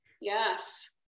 Yes